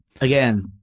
again